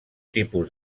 tipus